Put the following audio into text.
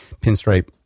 Pinstripe